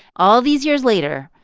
all these years later,